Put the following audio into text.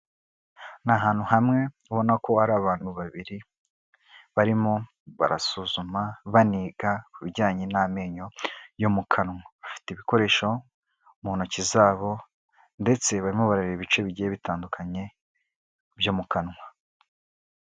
Ni ahantu hamwe ubona ko hari abantu babiri, barimo barasuzuma baniga ku bijyanye n'amenyo yo mu kanwa, bafite ibikoresho mu ntoki zabo ndetse barimo barareba ibice bigiye bitandukanye byo mu kanwa.